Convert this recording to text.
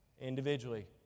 individually